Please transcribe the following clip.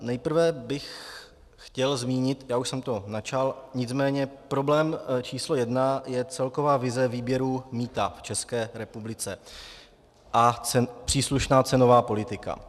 Nejprve bych chtěl zmínit, už jsem to načal, nicméně problém číslo jedna je celková vize výběru mýta v České republice a příslušná cenová politika.